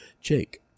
Jake